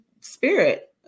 spirit